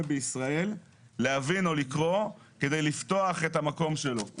בישראל להבין או לקרוא כדי לפתוח את המקום שלו.